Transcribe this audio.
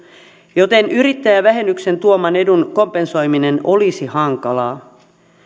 joten yrittäjävähennyksen tuoman edun kompensoiminen olisi hankalaa